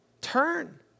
Turn